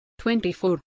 24